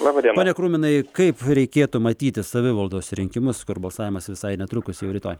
pone kruminai kaip reikėtų matyti savivaldos rinkimus kur balsavimas visai netrukus jau rytoj